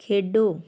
ਖੇਡੋ